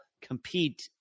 compete